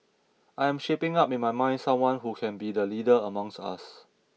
I am shaping up in my mind someone who can be the leader amongst us